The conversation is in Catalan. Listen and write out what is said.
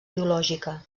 biològica